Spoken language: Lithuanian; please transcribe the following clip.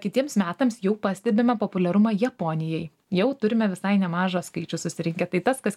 kitiems metams jau pastebime populiarumą japonijai jau turime visai nemažą skaičių susirinkę tai tas kas